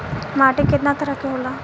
माटी केतना तरह के होला?